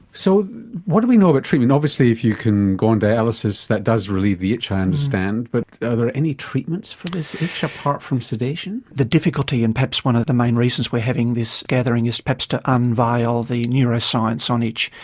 so what do we know about but treatment? obviously if you can go on dialysis that does relieve the itch, i understand, but are there any treatments for this itch apart from sedation? the difficulty and perhaps one of the main reasons we are having this gathering is perhaps to unveil the neuroscience on itch.